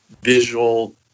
visual